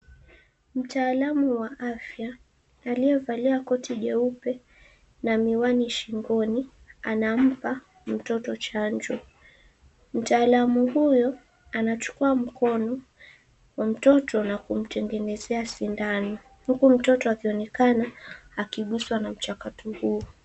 Mtaalamu wa afya aliyevalia koti jeupe na miwani shingoni anampa mtoto chanjo. Mtaalamu huyu anachuku mkono wa mtoto na kumtengenezea sindano huku mtoto akionekana akiguswa na mchakato huo.